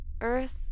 Earth